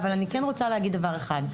אני כן רוצה להגיד דבר אחד.